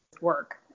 work